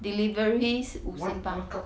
delivery 十五十八